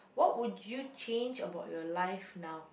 what would you change about your life now